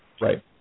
Right